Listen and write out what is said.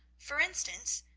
for instance,